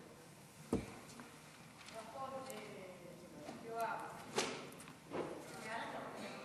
חוק למניעת מפגעים סביבתיים (תביעות אזרחיות) (תיקן